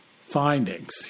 findings